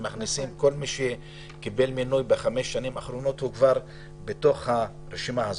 כל מי שקיבל מינוי בחמש שנים האחרונות הוא כבר ברשימה הזאת.